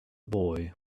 boy